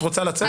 את רוצה לצאת?